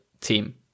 team